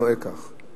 נוהג כך.